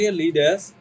leaders